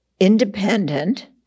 independent